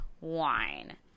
wine